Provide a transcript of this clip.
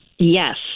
Yes